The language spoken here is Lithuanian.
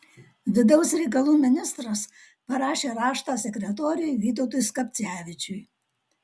vidaus reikalų ministras parašė raštą sekretoriui vytautui skapcevičiui